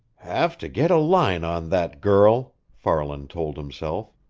have to get a line on that girl! farland told himself.